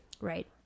Right